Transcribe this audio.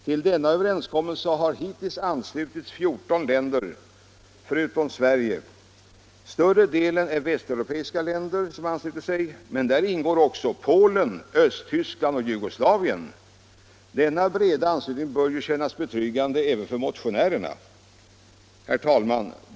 Till denna överenskommelse har hittills anslutit sig 14 länder förutom Sverige. Större delen av dem är västeuropiska länder, men där ingår också Polen, Östtyskland och Jugoslavien. Denna breda anslutning bör kännas betryggande även för motionärerna. Herr talman!